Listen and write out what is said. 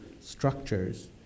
structures